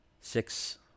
six